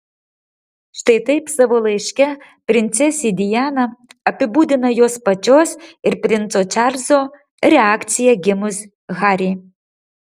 štai taip savo laiške princesė diana apibūdina jos pačios ir princo čarlzo reakciją gimus harry